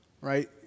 right